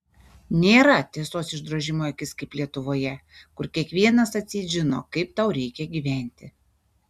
nėra tiesos išdrožimo į akis kaip lietuvoje kur kiekvienas atseit žino kaip tau reikia gyventi